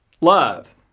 love